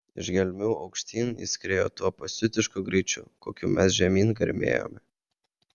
iš gelmių aukštyn jis skriejo tuo pasiutišku greičiu kokiu mes žemyn garmėjome